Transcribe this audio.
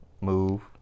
move